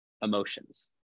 emotions